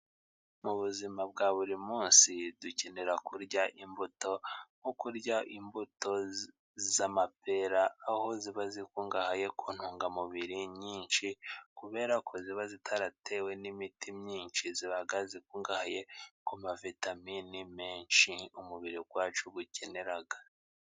Mu buzima bwa buri munsi dukenera kurya imbuto， nko kurya imbuto z'amapera， aho ziba zikungahaye ku ntungamubiri nyinshi， kubera ko ziba zitaratewe n'imiti myinshi， ziba zikungahaye ku ma vitamine menshi，umubiri wacu ukenera.